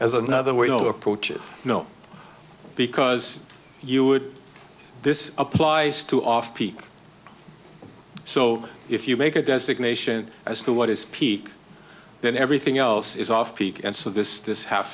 as another way to approach it no because you would this applies to off peak so if you make a designation as to what is peak then everything else is off peak and so this is h